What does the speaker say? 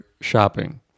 shopping